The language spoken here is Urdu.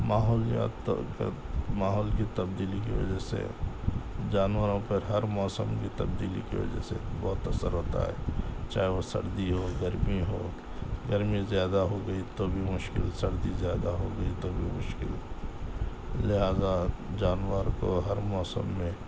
ماحولیات ماحول کی تبدیلی کی وجہ سے جانوروں پر ہر موسم کی تبدیلی کی وجہ سے بہت اثر ہوتا ہے چاہے وہ سردی ہو گرمی ہو گرمی زیادہ ہو گئی تو بھی مشکل سردی زیادہ ہو گئی تو بھی مشکل لہٰذا جانور کو ہر موسم میں